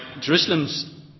Jerusalem's